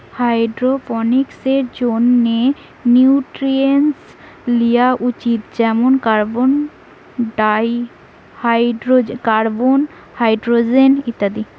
হাইড্রোপনিক্সের জন্যে নিউট্রিয়েন্টস লিয়া উচিত যেমন কার্বন, হাইড্রোজেন ইত্যাদি